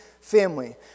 family